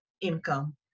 income